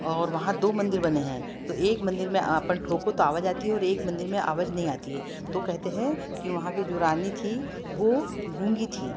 और वहाँ दो मंदिर बने हैं तो एक मंदिर में आपन ठोको तो आवाज़ आती है और एक मंदिर में आवाज़ नहीं आती है तो कहते हैं कि वहाँ के जो रानी थी वो गूंगी थी